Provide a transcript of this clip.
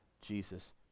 Jesus